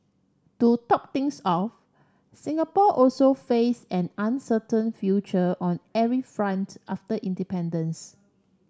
to top things off Singapore also face an uncertain future on every front after independence